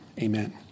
Amen